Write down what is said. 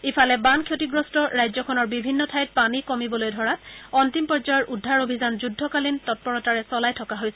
ইফালে বান ক্ষতিগ্ৰস্ত ৰাজ্যখনৰ বিভিন্ন ঠাইত পানী কমিবলৈ ধৰাত অন্তিম পৰ্যায়ৰ উদ্ধাৰ অভিযান যুদ্ধকালীন তৎপৰতাৰে চলাই থকা হৈছে